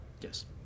yes